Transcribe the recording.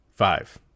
Five